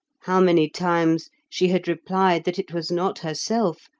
how many times she had replied that it was not herself,